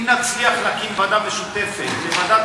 אם נצליח להקים ועדה משותפת של ועדת